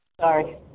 Sorry